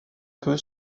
peu